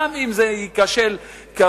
גם אם זה ייכשל כרגע,